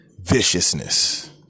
viciousness